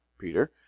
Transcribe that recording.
Peter